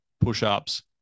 push-ups